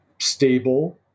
stable